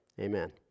amen